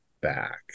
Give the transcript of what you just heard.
back